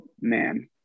Man